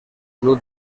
club